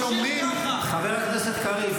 אבל אומרים --- חבר הכנסת קריב,